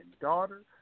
daughter